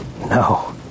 No